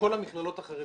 בכל המכללות החרדיות.